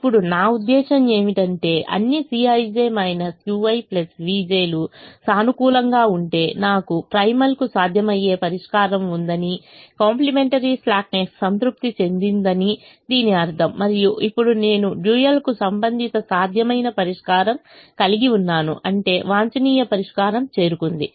ఇప్పుడు నా ఉద్దేశ్యం ఏమిటంటే అన్ని Cij ui vj లు సానుకూలంగా ఉంటే నాకు ప్రైమల్కు సాధ్యమయ్యే పరిష్కారం ఉందని కాంప్లిమెంటరీ స్లాక్ నెస్ సంతృప్తి చెందిందని దీని అర్థం మరియు ఇప్పుడు నేను డ్యూయల్కు సంబంధిత సాధ్యమైన పరిష్కారం కలిగి ఉన్నాను అంటే వాంఛనీయ పరిష్కారం చేరుకుంది